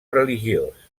religiós